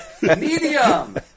Medium